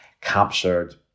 captured